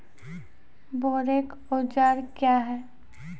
बोरेक औजार क्या हैं?